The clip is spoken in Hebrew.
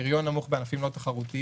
פריון נמוך בענפים לא תחרותיים.